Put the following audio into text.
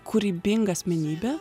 kūrybinga asmenybė